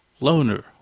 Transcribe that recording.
Loner